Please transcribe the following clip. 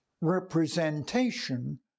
representation